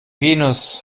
venus